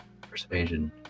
persuasion